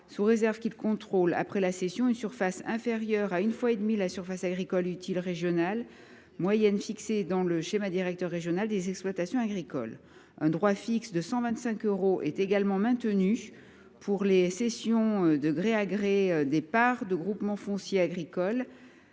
sous réserve qu’ils contrôlent après la cession une surface inférieure à une fois et demie la surface agricole utile régionale moyenne, fixée dans le schéma directeur régional des exploitations agricoles. Un droit fixe de 125 euros serait également maintenu pour les cessions de gré à gré des parts de groupements fonciers agricoles